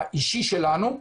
האישי שלנו?